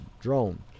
drone